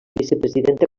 vicepresidenta